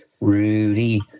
Rudy